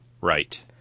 Right